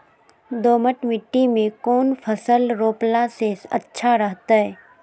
दोमट मिट्टी में कौन फसल रोपला से अच्छा रहतय?